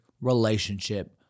relationship